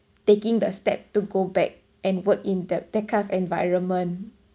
taking the step to go back and work in the that kind of environment